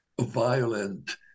violent